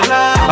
Love